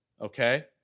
okay